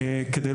אגיע